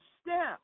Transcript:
step